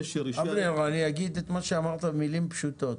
אני אגיד את מה שאמרת במילים פשוטות: